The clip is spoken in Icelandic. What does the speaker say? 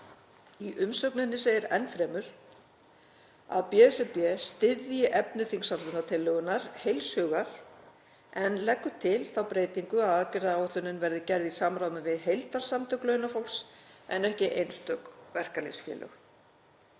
Í umsögninni segir enn fremur að BSRB styðji efni þingsályktunartillögunnar heils hugar en leggi til þá breytingu að aðgerðaáætlunin verði gerð í samráði við heildarsamtök launafólks en ekki einstök verkalýðsfélög.